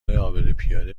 عابرپیاده